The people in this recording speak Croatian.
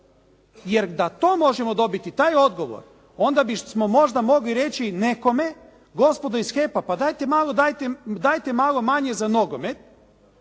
Jer da to možemo dobiti, taj odgovor onda bismo možda mogli reći nekome, gospodo iz HEP-a pa dajte malo manje za nogomet